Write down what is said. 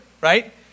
right